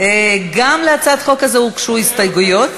גם להצעת החוק הזאת הוגשו הסתייגויות,